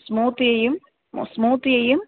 smooth ചെയ്യും smooth ചെയ്യും